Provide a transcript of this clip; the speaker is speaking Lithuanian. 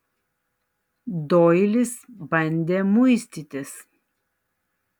doilis bandė muistytis